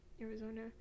Arizona